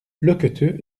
loqueteux